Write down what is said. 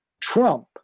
trump